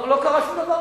לא קרה שום דבר.